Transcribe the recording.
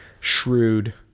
shrewd